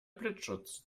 blitzschutz